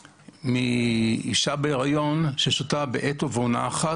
מאישה בהיריון ששותה בעת ובעונה אחת,